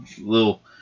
little